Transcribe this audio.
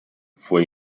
fue